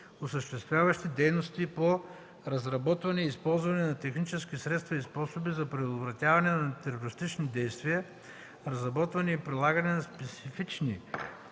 осъществяващи дейности по разработване и използване на технически средства и способи за предотвратяване на терористични действия, разработване и прилагане на специфични